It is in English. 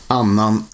annan